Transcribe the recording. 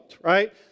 Right